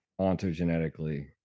ontogenetically